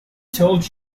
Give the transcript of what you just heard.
told